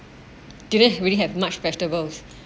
didn't really have much festivals